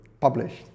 published